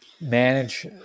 manage